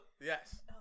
Yes